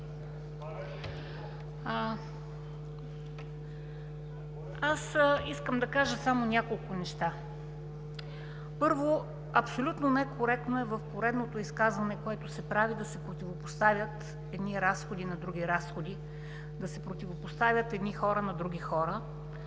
Искам да кажа само няколко неща. Първо, абсолютно некоректно е в поредното изказване, което се прави, да се противопоставят едни разходи на други, да се противопоставят едни хора на други хора,